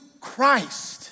Christ